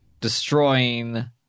destroying